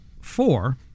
four